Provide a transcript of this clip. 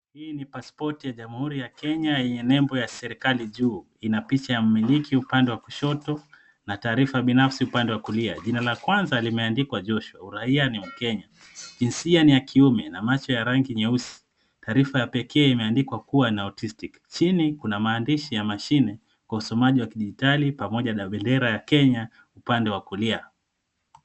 Hii ni pasipoti ya jamhuri ya Kenya yenye nembo ya serikali juu. Ina picha ya mmiliki upande wa kushoto na taarifa binafsi upande wa kulia. Jina la kwanza limeandikwa Joshua, uraia ni wa Kenya, jinsia ni ya kiume na macho ya rangi nyeusi. Taarifa ya pekee imeandikwa kuwa na artistic , chini kuna maandishi ya mashine kwa usomaji wa kidijitali pamoja na bendera ya Kenya upande wa kulia.